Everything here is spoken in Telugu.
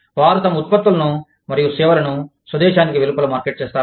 వారు తమ ఉత్పత్తులను మరియు సేవలను స్వదేశానికి వెలుపల మార్కెట్ చేస్తారు